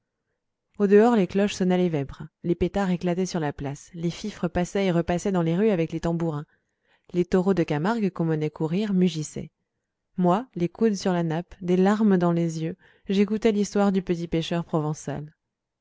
au dehors les cloches sonnaient les vêpres les pétards éclataient sur la place les fifres passaient et repassaient dans les rues avec les tambourins les taureaux de camargue qu'on menait courir mugissaient moi les coudes sur la nappe des larmes dans les yeux j'écoutais l'histoire du petit pêcheur provençal